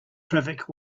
traffic